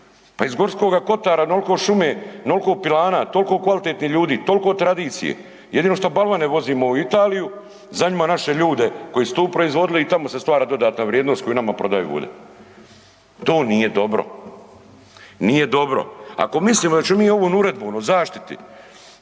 Pa iz Gorskoga kotara onoliko šume, onoliko pilana, toliko kvalitetnih ljudi, toliko tradicije, jedino što balvane vozimo u Italiju, za njima naše ljude koji su tu proizvodili i tamo se stvara dodatna vrijednost koju nama prodaju ode. To nije dobro. Nije dobro. Ako mislimo da ćemo mi ovom uredbom o zaštiti